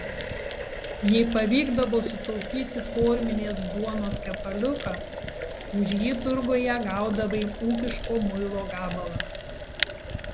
jei pavykdavo sutaupyti forminės duonos kepaliuką už jį turguje gaudavai ūkiško muilo gabalą